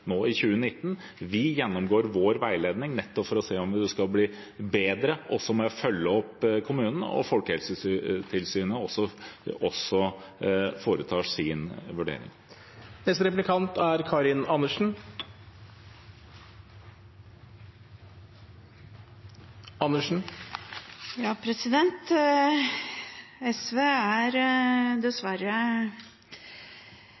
i 2019. Vi gjennomgår vår veiledning, nettopp for å se om det kan bli bedre når det gjelder å følge opp kommunene. Folkehelseinstituttet foretar også sin vurdering.